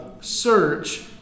search